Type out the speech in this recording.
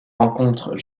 rencontre